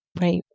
right